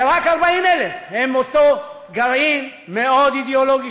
ורק 40,000 הם אותו גרעין מאוד אידיאולוגי,